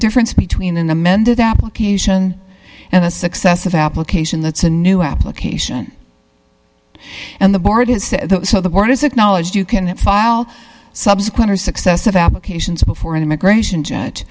difference between an amended application and the successive application that's a new application and the board has said so the board has acknowledged you can file subsequent or successive applications before an immigration judge